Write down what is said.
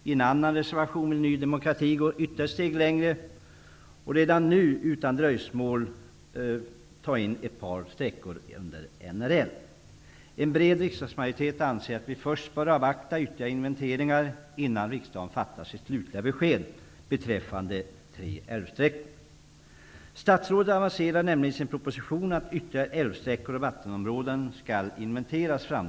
I en annan reservation vill Ny demokrati gå ytterligare ett steg längre och redan nu, utan dröjsmål, ta in ett par älvsträckor i naturresurslagen. En bred riksdagsmajoritet anser att man först bör avvakta ytterligare inventeringar innan riksdagen fattar sitt slutliga beslut beträffande tre älvsträckor. Statsrådet aviserar nämligen i sin proposition att ytterligare älvsträckor och vattenområden framdeles skall inventeras.